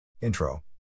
Intro